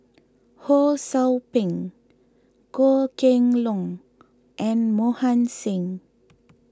Ho Sou Ping Goh Kheng Long and Mohan Singh